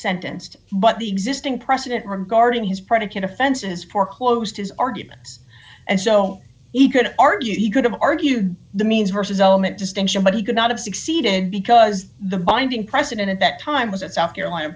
sentenced but the existing precedent regarding his predicate offenses foreclosed his arguments and so he could argue he could have argued the means hearses omit distinction but he could not have succeeded because the binding precedent at that time was that south carolina